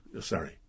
sorry